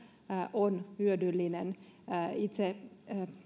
on hyödyllinen itse